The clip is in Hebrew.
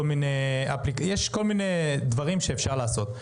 יש כל מיני דברים שאפשר לעשות.